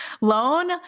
loan